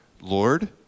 Lord